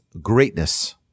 greatness